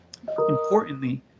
Importantly